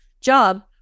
job